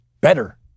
better